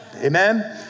Amen